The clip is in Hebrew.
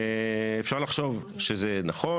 אפשר לחשוב שזה נכון.